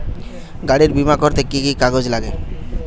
গাড়ীর বিমা করতে কি কি কাগজ লাগে?